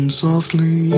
softly